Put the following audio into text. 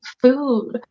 food